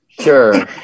Sure